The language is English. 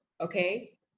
Okay